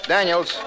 Daniels